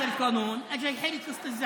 החוק הזה בא עכשיו כדי לפתור את בעיית הפקקים.)